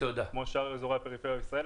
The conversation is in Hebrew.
כמו שאר אזורי הפריפריה בישראל.